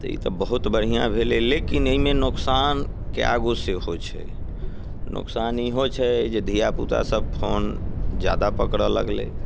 तऽ ई तऽ बहुत बढ़िआँ भेलै लेकिन एहिमे नोकसान कए गो सेहो छै नोकसान इहो छै जे धियापुतासभ फोन ज्यादा पकड़य लगलै